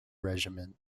regiment